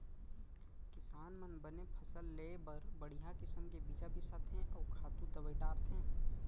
किसान मन बने फसल लेय बर बड़िहा किसम के बीजा बिसाथें अउ खातू दवई डारथें